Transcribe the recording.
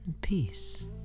Peace